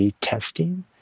testing